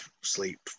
sleep